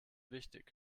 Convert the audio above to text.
wichtig